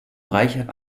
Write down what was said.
reichert